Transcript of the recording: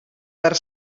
per